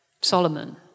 Solomon